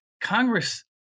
Congress